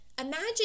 imagine